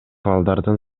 балдардын